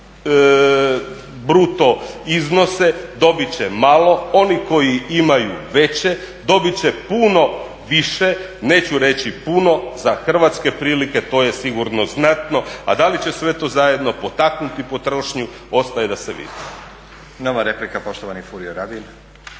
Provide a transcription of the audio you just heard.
bruto iznose dobit će malo, oni koji imaju veće dobit će puno više. Neću reći puno, za hrvatske prilike to je sigurno znatno. A da li će sve to zajedno potaknuti potrošnju ostaje da se vidi. **Stazić, Nenad (SDP)** Nova replika i poštovani Furio Radin.